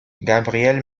gabriel